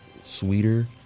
sweeter